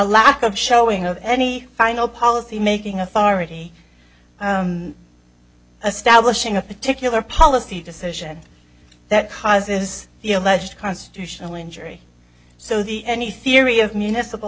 lack of showing of any final policy making authority establishing a particular policy decision that causes the alleged constitutional injury so the any theory of municipal